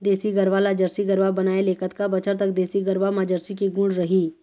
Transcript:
देसी गरवा ला जरसी गरवा बनाए ले कतका बछर तक देसी गरवा मा जरसी के गुण रही?